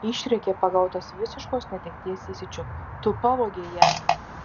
išrėkė pagautas visiškos netekties įsiūčio tu pavogei ją